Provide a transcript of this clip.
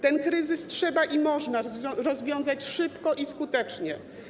Ten kryzys trzeba i można rozwiązać szybko i skutecznie.